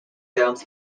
films